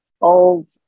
old